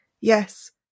Yes